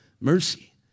mercy